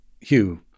Hugh